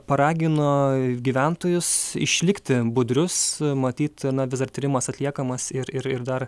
paragino gyventojus išlikti budrius matyt na vis dar tyrimas atliekamas ir ir ir dar